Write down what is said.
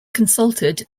consulted